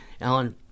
Alan